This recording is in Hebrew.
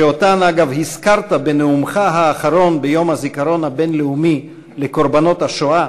שאותן אגב הזכרת בנאומך האחרון ביום הזיכרון הבין-לאומי לקורבנות השואה,